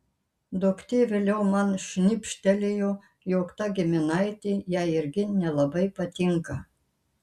duktė vėliau man šnibžtelėjo jog ta giminaitė jai irgi nelabai patinka